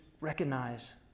recognize